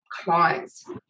clients